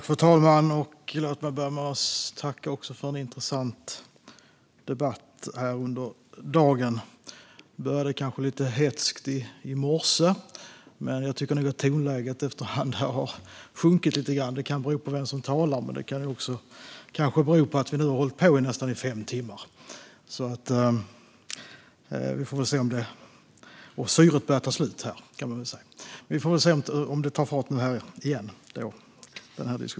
Fru talman! Låt mig börja med att tacka för en intressant debatt här under dagen. Det började kanske lite hätskt i morse, men jag tycker att tonläget efter hand har sjunkit lite grann. Det kan bero på vem som talar, men det kanske också kan bero på att vi har hållit på i nästan fem timmar. Vi får väl se om syret börjar ta slut. Kanske tar diskussionen fart igen.